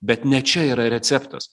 bet ne čia yra receptas